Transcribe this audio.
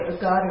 God